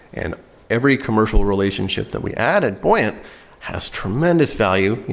and every commercial relationship that we add at buoyant has tremendous value.